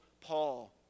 Paul